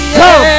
come